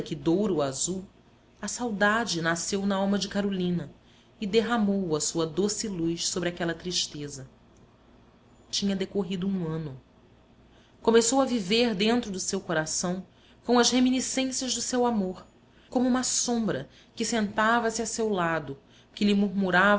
o azul a saudade nasceu n'alma de carolina e derramou a sua doce luz sobre aquela tristeza tinha decorrido um ano começou a viver dentro do seu coração com as reminiscências do seu amor como uma sombra que sentava-se a seu lado que lhe murmurava